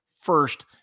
first